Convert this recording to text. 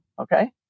okay